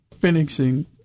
finishing